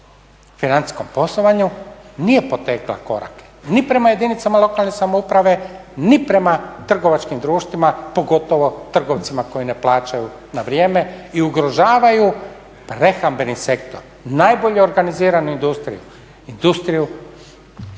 financijskom poslovanju nije potegla korake ni prema jedinicama lokalne samouprave ni prema trgovačkim društvima pogotovo trgovcima koji ne plaćaju na vrijeme i ugrožavaju prehrambeni sektor, najbolju organiziranu industriju,